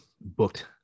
booked